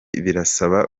birasaba